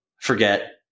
Forget